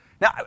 Now